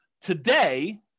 Today